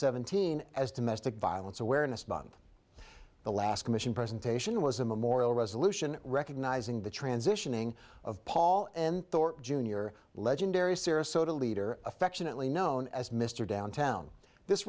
seventeen as domestic violence awareness month the last commission presentation was a memorial resolution recognizing the transitioning of paul and junior legendary serious so to a leader affectionately known as mr downtown this